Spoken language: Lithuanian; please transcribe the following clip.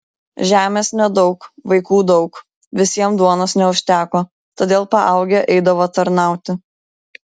žemės nedaug vaikų daug visiems duonos neužteko todėl paaugę eidavo tarnauti